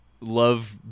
love